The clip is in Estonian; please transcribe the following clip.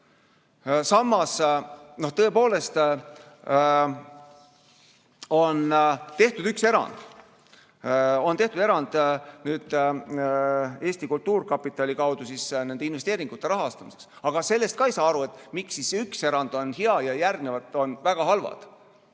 Samas, tõepoolest on tehtud üks erand, see on tehtud Eesti Kultuurkapitali kaudu nende investeeringute rahastamiseks. Aga sellest ka ei saa aru, miks siis üks erand on hea ja järgnevad on väga halvad.